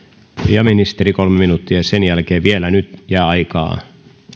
ministeri kolme minuuttia ja sen jälkeen jää vielä aikaa